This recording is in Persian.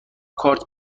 کارت